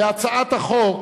והצעת החוק